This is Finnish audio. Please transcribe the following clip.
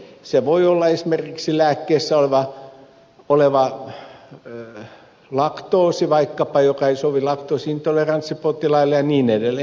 syynä voi olla esimerkiksi lääkkeessä oleva laktoosi joka ei sovi laktoosi intoleranssipotilaille ja niin edelleen